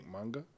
manga